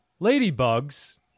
Ladybugs